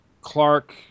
clark